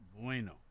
Bueno